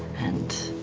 and